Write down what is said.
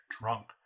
drunk